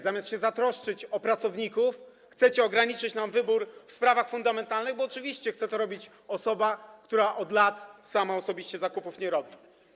Zamiast się zatroszczyć o pracowników, chcecie ograniczyć nam wybór w sprawach fundamentalnych, bo oczywiście chce to robić osoba, która od lat sama osobiście zakupów nie robi.